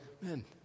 Man